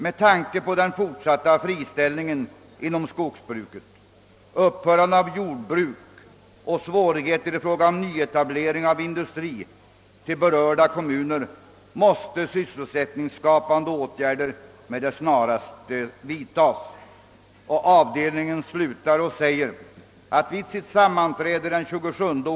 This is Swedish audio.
Med tanke på den fortsatta friställningen inom skogsbruket, upphörande av jordbruk och passivitet i fråga om nyetablering av industri till berörda kommuner måste sysselsättningsskapande åtgärder med det snaraste vidtagas. Vid sammanträde den 27 okt.